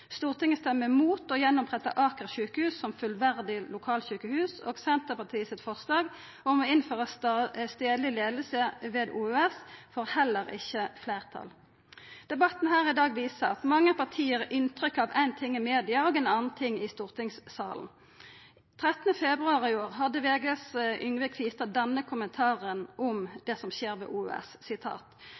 Stortinget stemmer mot å gjenoppretta Aker sjukehus som fullverdig lokalsjukehus, og forslaget frå Senterpartiet om å innføra stadleg leiing ved OUS får heller ikkje fleirtal. Debatten her i dag viser at mange parti gir inntrykk av éin ting i media og ein annan ting i stortingssalen. Den 13. februar i år hadde Yngve Kvistad i VG denne kommentaren om det som skjer ved